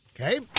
Okay